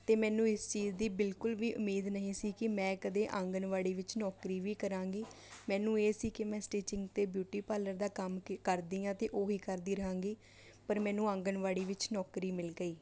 ਅਤੇ ਮੈਨੂੰ ਇਸ ਚੀਜ਼ ਦੀ ਬਿਲਕੁਲ ਵੀ ਉਮੀਦ ਨਹੀਂ ਸੀ ਕਿ ਮੈਂ ਕਦੇ ਆਂਗਣਵਾੜੀ ਵਿੱਚ ਨੌਕਰੀ ਵੀ ਕਰਾਂਗੀ ਮੈਨੂੰ ਇਹ ਸੀ ਕਿ ਮੈਂ ਸਟਿਚਿੰਗ ਅਤੇ ਬਿਊਟੀ ਪਾਰਲਰ ਦਾ ਕੰਮ ਕੀ ਕਰਦੀ ਹਾਂ ਅਤੇ ਉਹੀ ਕਰਦੀ ਰਹਾਂਗੀ ਪਰ ਮੈਨੂੰ ਆਂਗਣਵਾੜੀ ਵਿੱਚ ਨੌਕਰੀ ਮਿਲ ਗਈ